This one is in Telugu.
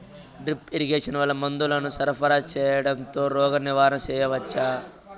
డ్రిప్ ఇరిగేషన్ వల్ల మందులను సరఫరా సేయడం తో రోగ నివారణ చేయవచ్చా?